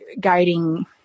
guiding